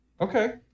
okay